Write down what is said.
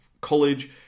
college